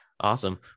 Awesome